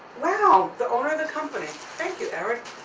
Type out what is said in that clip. wow, the owner of the company. thank you, eric.